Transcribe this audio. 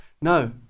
No